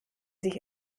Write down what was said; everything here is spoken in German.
sich